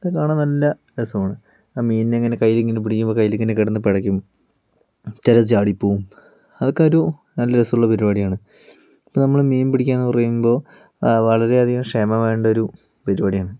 അതൊക്കെ കാണാൻ നല്ല രസമാണ് ആ മീനിനെ ഇങ്ങനെ കയ്യിൽ ഇങ്ങനെ പിടിക്കുമ്പോൾ കയ്യിൽ ഇങ്ങനെ കിടന്ന് പിടക്കും ചിലത് ചാടി പോവും അതൊക്കെ ഒരു നല്ല രസമുള്ള പരിപാടിയാണ് ഇപ്പോൾ നമ്മൾ മീൻ പിടിക്കാ എന്ന് പറയുമ്പോൾ വളരെയധികം ക്ഷമ വേണ്ട ഒരു പരിപാടിയാണ്